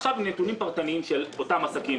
עכשיו על פי נתונים פרטניים של אותם עסקים.